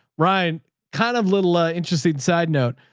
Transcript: ryan kind of little ah interesting side note.